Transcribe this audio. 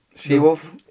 She-Wolf